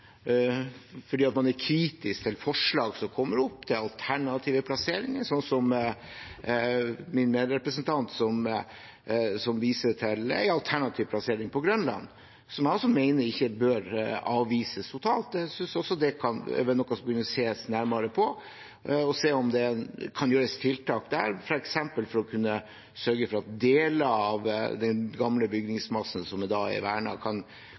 fordi man er kritisk til forslag som kommer opp til alternative plasseringer, f.eks. fra min medrepresentant, som viser til en alternativ plassering på Grønland, som jeg også mener ikke bør avvises totalt. Jeg synes også det er noe som kunne ses nærmere på, for å se om det kan gjøres tiltak der, f.eks. for å sørge for at deler av den gamle bygningsmassen, som i dag er vernet, kan